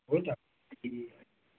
हो त ए